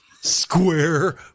Square